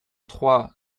trois